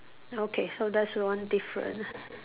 okay so that's one different